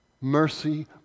mercy